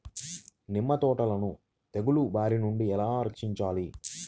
నిమ్మ తోటను తెగులు బారి నుండి ఎలా రక్షించాలి?